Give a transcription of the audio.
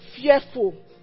fearful